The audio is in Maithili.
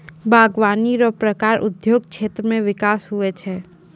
बागवानी रो प्रकार उद्योग क्षेत्र मे बिकास हुवै छै